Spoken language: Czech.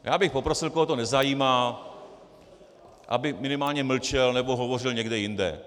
Já bych poprosil, koho to nezajímá, aby minimálně mlčel nebo hovořil někde jinde.